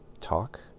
talk